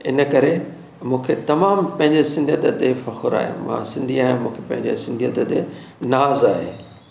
इन करे मूंखे तमामु पंहिंजे सिंधीयत ते फ़ख्रु आहे मां सिंधी आहियां मूंखे पंहिंजे सिंधीयत ते नाज़ आहे